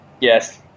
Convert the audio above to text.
Yes